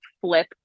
flip